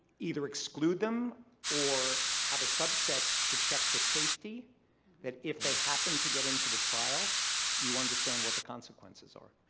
either exclude or have a subset to check the safety that if they happen to get into the trial you understand what the consequences are.